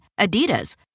Adidas